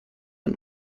und